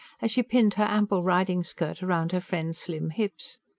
as she pinned her ample riding-skirt round her friend's slim hips.